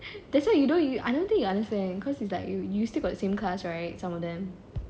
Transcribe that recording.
that's why you don't you I don't think you understand cause it's like you you still same class right some of them